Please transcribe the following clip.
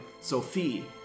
Sophie